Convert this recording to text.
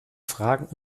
fragen